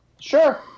sure